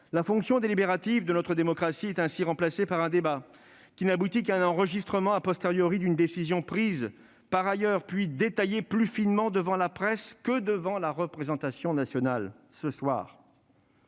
La fonction délibérative de notre démocratie est ainsi remplacée par un débat qui n'aboutit qu'à un enregistrement d'une décision prise ailleurs, puis détaillée plus finement devant la presse que devant la représentation nationale ce jour.